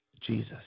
Jesus